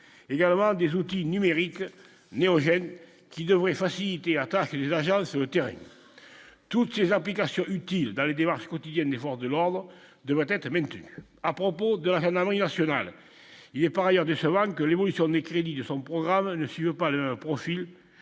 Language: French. également des outils numériques Néo-Zed qui devrait faciliter les agences terrain toutes ses applications utiles dans les démarches quotidiennes des forces de l'Ordre devrait être maintenus à propos de la maman ils national il est par ailleurs de savoir que l'évolution des crédits de son programme, monsieur, pas le profil